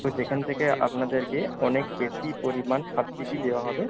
তো যেখান থেকে আপনাদেরকে অনেক বেশি পরিমাণ সাবসিডি দেওয়া হবে